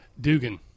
dugan